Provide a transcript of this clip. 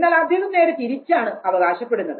എന്നാൽ ഇദ്ദേഹം നേരെ തിരിച്ചാണ് അവകാശപ്പെടുന്നത്